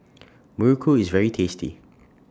Muruku IS very tasty